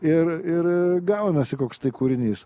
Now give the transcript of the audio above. ir ir gaunasi koks tai kūrinys